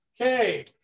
Okay